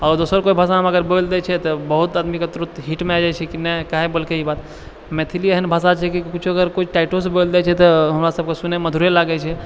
आओर दोसर कोइ भाषामे बोलि दै छै तऽ बहुत आदमीके हिटमे आबि जाइ छै काहे बोललकै ई बात मैथिली एहन भाषा छै कि किछु अगर कोई टाइटोसँ बोलि दै छै तऽ हमरा सबके सुनैमे मधुरे लागै छै